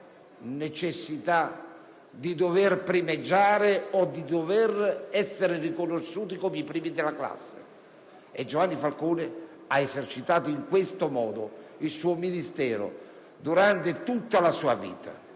lavorare senza il bisogno di primeggiare o di essere riconosciuti come i primi della classe. E Giovanni Falcone ha esercitato in questo modo il suo ministero durante tutta la sua vita.